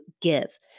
give